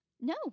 No